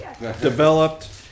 developed